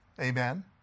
Amen